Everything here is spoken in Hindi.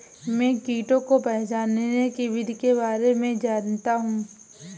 मैं कीटों को पहचानने की विधि के बारे में जनता हूँ